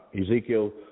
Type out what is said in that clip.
Ezekiel